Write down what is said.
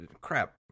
crap